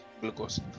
glucose